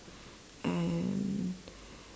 and